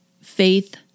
faith